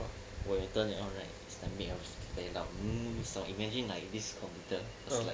when you turn it on right it makes a very loud mmhmm sound imagine like this computer it's like